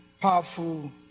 powerful